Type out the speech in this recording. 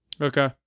Okay